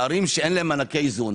בערים שאין להם מענקי איזון,